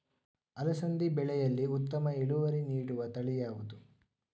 ಅಲಸಂದಿ ಬೆಳೆಯಲ್ಲಿ ಉತ್ತಮ ಇಳುವರಿ ನೀಡುವ ತಳಿ ಯಾವುದು?